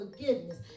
forgiveness